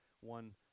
One